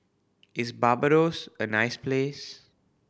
is Barbados a nice place